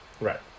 Right